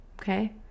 Okay